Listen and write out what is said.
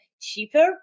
cheaper